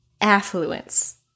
affluence